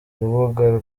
rubuga